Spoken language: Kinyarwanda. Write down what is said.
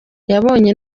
yabonye